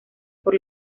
por